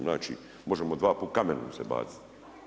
Znači možemo se dvaput kamenom se bacit.